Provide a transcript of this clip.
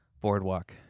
Boardwalk